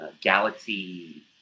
Galaxy